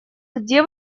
где